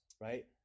right